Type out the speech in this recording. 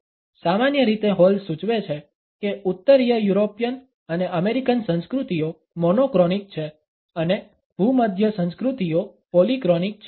સામાન્ય રીતે હોલ સૂચવે છે કે ઉત્તરીય યુરોપિયન અને અમેરિકન સંસ્કૃતિઓ મોનોક્રોનિક છે અને ભૂમધ્ય સંસ્કૃતિઓ પોલીક્રોનિક છે